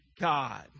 God